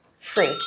Free